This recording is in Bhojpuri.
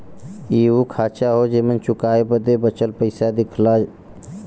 इ उ खांचा हौ जेमन चुकाए बदे बचल पइसा दिखला